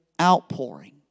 outpouring